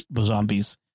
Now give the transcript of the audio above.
zombies